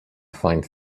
find